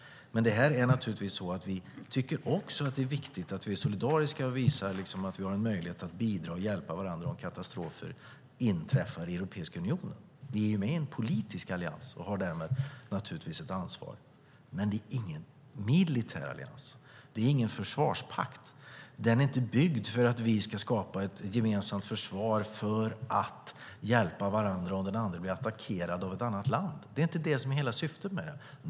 Vi tycker också att det är viktigt att vi är solidariska och visar att vi har en möjlighet att bidra och hjälpa varandra när katastrofer inträffar i Europeiska unionen. Vi är med i en politisk allians och har därmed ett ansvar. Men det är ingen militär allians. Det är ingen förvarspakt. Den är inte byggd för att vi ska skapa ett gemensamt försvar för att hjälpa varandra om den andre blir attackerad av ett annat land. Det är inte syftet med den.